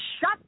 shut